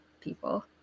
people